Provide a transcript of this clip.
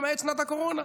למעט שנת הקורונה.